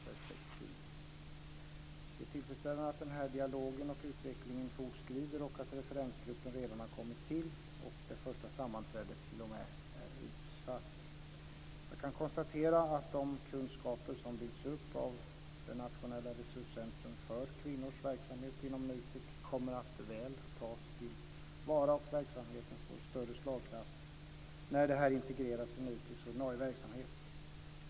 Det är tillfredsställande att den här dialogen och utvecklingen fortskrider och att referensgruppen redan har kommit till och t.o.m. det första sammanträdet är utsatt. Jag kan konstatera att de kunskaper som byggts upp av Nationellt resurscentrum för kvinnor inom NUTEK kommer att väl tas till vara och att verksamheten få större slagkraft när den integreras i NUTEK:s ordinarie verksamhet.